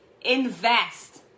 invest